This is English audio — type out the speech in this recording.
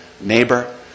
neighbor